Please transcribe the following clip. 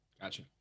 Gotcha